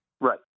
Right